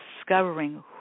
discovering